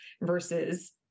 versus